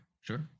sure